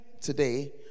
today